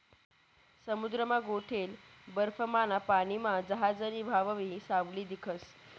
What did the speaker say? समुद्रमा गोठेल बर्फमाना पानीमा जहाजनी व्हावयी सावली दिखस